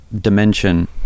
dimension